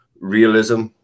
realism